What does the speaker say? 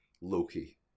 Loki